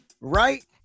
right